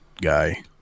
guy